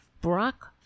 Brock